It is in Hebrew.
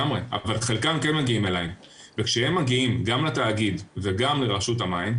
חלקם כן מגיעים אלי וכשהם מגיעים גם לתאגיד וגם לרשות המים,